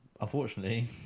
Unfortunately